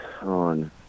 on